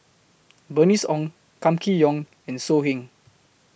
Bernice Ong Kam Kee Yong and So Heng